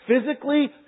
Physically